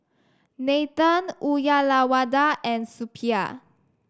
Nathan Uyyalawada and Suppiah